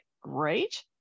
great